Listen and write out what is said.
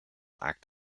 act